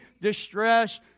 distress